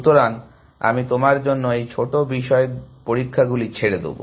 সুতরাং আমি তোমার জন্য এই ছোট বিষয় পরীক্ষাগুলি ছেড়ে দেব